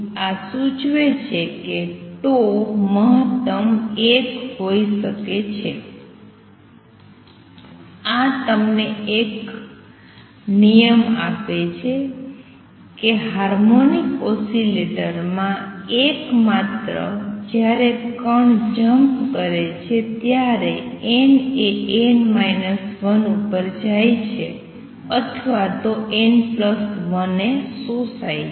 આ સૂચવે છે કે 𝜏 મહતમ 1 હોઈ શકે છે અને આ તમને એક નિયમ આપે છે કે હાર્મોનિક ઓસિલેટરમાં એક માત્ર જ્યારે કણ જમ્પ કરે છે ત્યારે n એ n 1 ઉપર જાય છે અથવા જો n 1 એ શોષાય છે